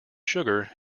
sugar